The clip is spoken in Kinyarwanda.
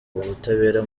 ubutabera